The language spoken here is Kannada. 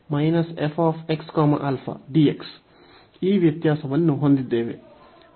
ಈ ವ್ಯತ್ಯಾಸವನ್ನು ಹೊಂದಿದ್ದೇವೆ